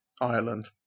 Ireland